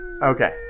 Okay